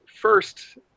first